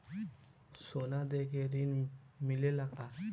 सोना देके ऋण मिलेला का?